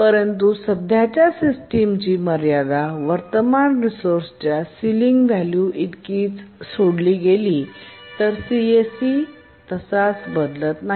परंतु सध्याच्या सिस्टीमची मर्यादा वर्तमान रिसोर्सच्या सिलिंग व्हॅल्यू इतकीच सोडली गेली तर सीएससी तसाच बदलत नाही